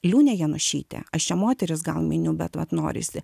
liūnė janušytė aš čia moteris gal miniu bet vat norisi